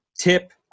tip